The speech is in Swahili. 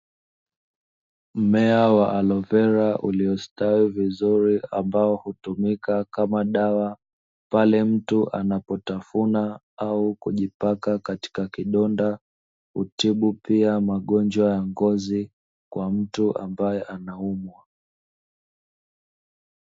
Mmea wa alovera uliostawi vizuri ambao hutumika kama dawa, pale mtu anapotafuna au kujipaka katika kidonda, hutibu pia magonjwa ya ngozi kwa mtu ambaye anayeumwa.